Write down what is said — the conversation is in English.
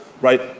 right